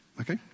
okay